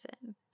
person